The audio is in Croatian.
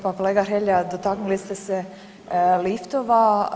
Pa kolega Hrelja dotaknuli ste se liftova.